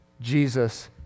Jesus